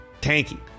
tanky